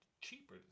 cheaper